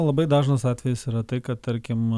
labai dažnas atvejis yra tai kad tarkim